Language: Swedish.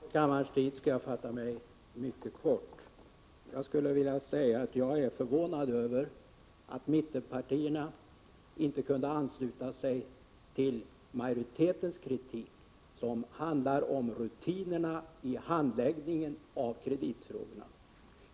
Herr talman! Med tanke på kammarens ansträngda tidsschema skall jag fatta mig mycket kort. Jag är förvånad över att mittenpartierna inte kunde ansluta sig till majoritetens kritik, som handlar om rutinerna i handläggningen av kreditfrågorna.